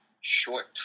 short